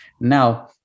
Now